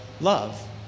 love